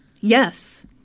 Yes